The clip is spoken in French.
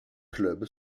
club